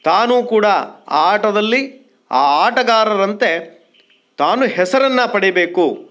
ತಾನೂ ಕೂಡ ಆ ಆಟದಲ್ಲಿ ಆ ಆಟಗಾರರಂತೆ ತಾನು ಹೆಸರನ್ನು ಪಡೀಬೇಕು